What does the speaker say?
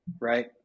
right